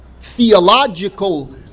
theological